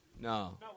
no